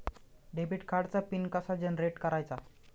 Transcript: Debit कार्डचा pin कसा generate करायचा?